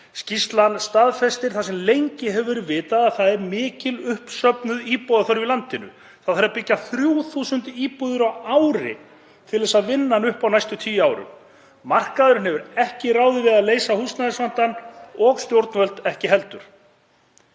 Skýrslan staðfestir það sem lengi hefur verið vitað að það er mikil uppsöfnuð íbúðaþörf í landinu. Það þarf að byggja 3.000 íbúðir á ári til að vinna hana upp á næstu tíu árum. Markaðurinn hefur ekki ráðið við að leysa húsnæðisvandann og stjórnvöld ekki heldur.